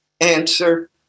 answer